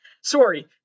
Sorry